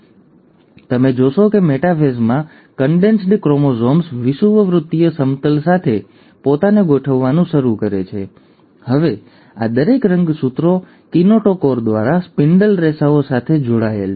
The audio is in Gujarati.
તેથી તમે જોશો કે મેટાફેઝમાં કન્ડેન્સ્ડ ક્રોમોઝોમ્સ વિષુવવૃત્તીય સમતલ સાથે પોતાને ગોઠવવાનું શરૂ કરે છે અને હવે આ દરેક રંગસૂત્રો કિનેટોકોર દ્વારા સ્પિન્ડલ રેસાઓ સાથે જોડાયેલા છે